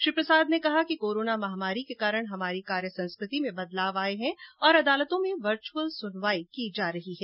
श्री प्रसाद ने कहा कि कोरोना महामारी के कारण हमारी कार्य संस्कृति में बदलाव आये हैं और अदालतों में वर्च्यवल सुनवाई की जा रही है